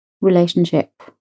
relationship